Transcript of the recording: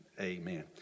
amen